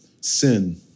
Sin